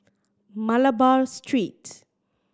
Malabar Street